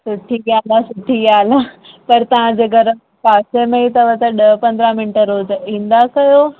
सुठी ॻाल्हि आहे सुठी ॻाल्हि आहे पर तव्हांजे घरु पासे में ई अथव त ॾह पंद्रहं मिंट रोज़ु ईंदा कयो